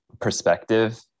perspective